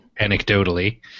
anecdotally